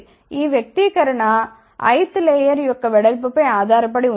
ఈ వ్యక్తీకరణ Ith layer యొక్క వెడల్పు పై ఆధారపడి ఉంటుంది